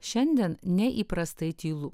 šiandien neįprastai tylu